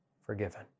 forgiven